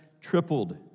tripled